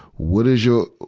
what is your,